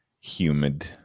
humid